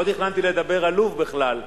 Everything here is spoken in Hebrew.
לא תכננתי לדבר על לוב בכלל.